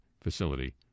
facility